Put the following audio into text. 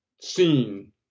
seen